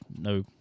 No